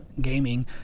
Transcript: gaming